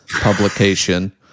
publication